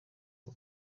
ubu